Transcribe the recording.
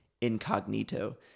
incognito